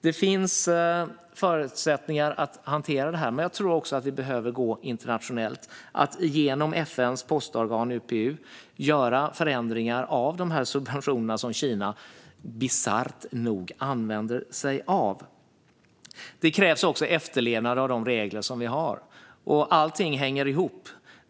Det finns förutsättningar att hantera detta, men jag tror att det måste ske internationellt, genom att via FN:s postorgan UPU göra förändringar av de subventioner som Kina bisarrt nog använder sig av. Det krävs efterlevnad av de regler vi har. Allt hänger ihop.